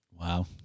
Wow